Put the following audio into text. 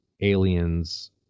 aliens